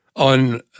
On